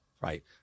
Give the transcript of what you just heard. right